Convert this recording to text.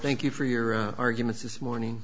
thank you for your arguments this morning